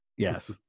Yes